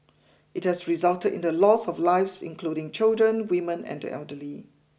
it has resulted in the loss of lives including children women and the elderly